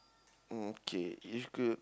okay is clue